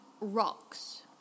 Rocks